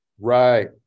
Right